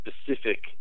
specific